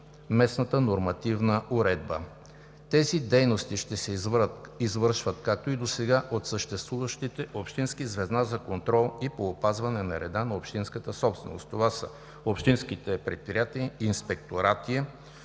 местната нормативна уредба. Тези дейности ще се извършват, както и досега, от съществуващите общински звена за контрол и по опазване на реда на общинската собственост. Това са общинските предприятия – инспекторати,